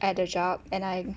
at the job and I